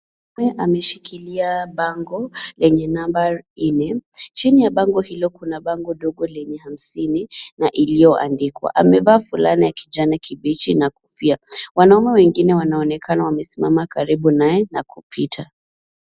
Mtu ameshikilia bango yenye namba nne, chini ya bango hilo kuna bango ndogo lenye hamsini na iliyoandikwa, amevaa fulana ya kijani kibichi na kofia. Wanaume wengine wanaonekana wamesimama karibu naye na kupita.